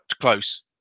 close